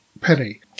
penny